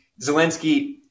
Zelensky